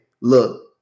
look